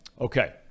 okay